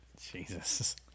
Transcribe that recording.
jesus